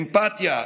אמפתיה,